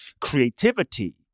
creativity